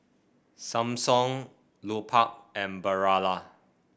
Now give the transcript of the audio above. Samsung Lupark and Barilla